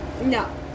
No